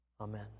Amen